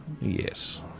Yes